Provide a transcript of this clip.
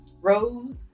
rose